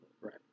right